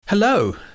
Hello